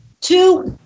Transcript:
Two